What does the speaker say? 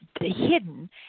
Hidden